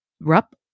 Rup